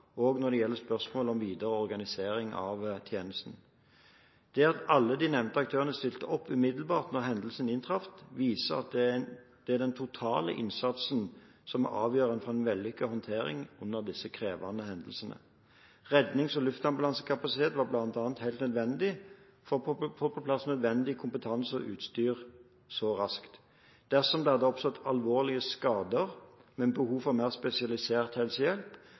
og når det gjelder spørsmål om videre organisering av tjenestene. Det at alle de nevnte aktørene stilte opp umiddelbart da hendelsene inntraff, viser at det er den totale innsatsen som er avgjørende for en vellykket håndtering under slike krevende hendelser. Rednings- og luftambulansekapasitet var bl.a. helt nødvendig for å få på plass nødvendig kompetanse og utstyr så raskt. Dersom det hadde oppstått alvorlige skader med behov for mer spesialisert helsehjelp,